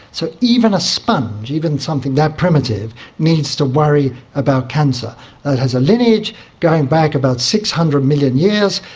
so even a sponge, even something that primitive needs to worry about cancer. it has a lineage going back about six hundred million years,